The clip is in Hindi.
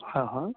हाँ हाँ